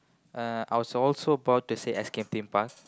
uh I was also about to say Escape-Theme-Park